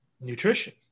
nutrition